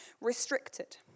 restricted